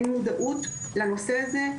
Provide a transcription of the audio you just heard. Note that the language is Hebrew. אין מודעות לנושא הזה,